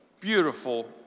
beautiful